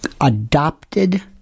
adopted